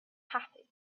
happy